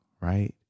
right